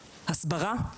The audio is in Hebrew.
הסברה,